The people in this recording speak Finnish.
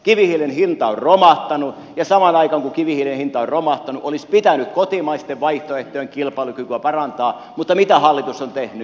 kivihiilen hinta on romahtanut ja samaan aikaan kun kivihiilen hinta on romahtanut olisi pitänyt kotimaisten vaihtoehtojen kilpailukykyä parantaa mutta mitä hallitus on tehnyt